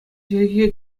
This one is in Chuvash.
чӗлхе